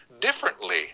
differently